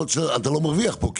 יכול להיות שאתה לא מרוויח פה,